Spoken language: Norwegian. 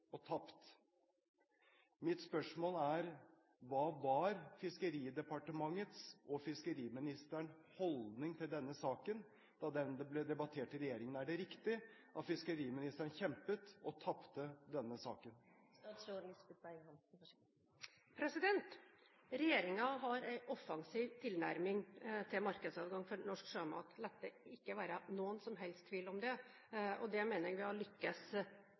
og tapt». Mitt spørsmål er: Hva var Fiskeridepartementets og fiskeriministerens holdning til denne saken da den ble debattert i regjeringen? Er det riktig at fiskeriministeren kjempet og tapte denne saken? Regjeringen har en offensiv tilnærming til markedsadgang for norsk sjømat – la det ikke være noen som helst tvil om det – og det mener jeg vi har